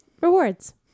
Rewards